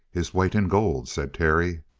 his weight in gold, said terry.